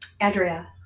Andrea